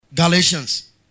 Galatians